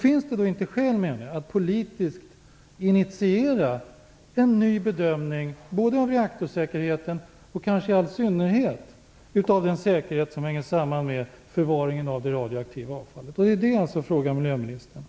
Finns det då inte skäl att politisk initiera en ny bedömning både av reaktorsäkerheten och kanske i all synnerhet av den säkerhet som hänger samman med förvaringen av det radioaktiva avfallet? Det är det jag vill fråga miljöministern.